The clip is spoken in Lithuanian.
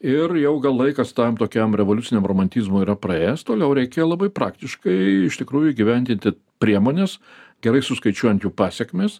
ir jau gal laikas tam tokiam revoliuciniam romantizmui yra praėjęs toliau reikia labai praktiškai iš tikrųjų įgyvendinti priemones gerai suskaičiuojant jų pasekmes